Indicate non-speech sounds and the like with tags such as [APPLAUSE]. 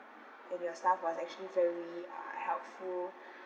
and your staff was actually very uh helpful [BREATH]